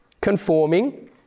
conforming